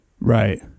Right